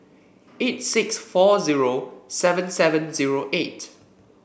eight six four zero seven seven zero eight